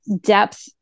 depth